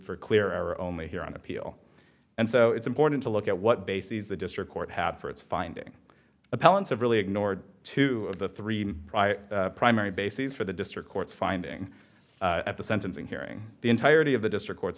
for clear or only here on appeal and so it's important to look at what bases the district court had for its finding a balance of really ignored two of the three primary bases for the district courts finding at the sentencing hearing the entirety of the district